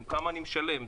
כמה אני משלם.